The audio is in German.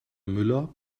müller